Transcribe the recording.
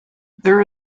there